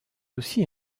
aussi